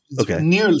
Okay